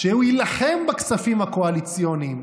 שהוא יילחם בכספים הקואליציוניים?